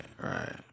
Right